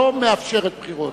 לא מאפשרת בחירות,